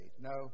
No